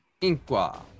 Inqua